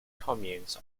communes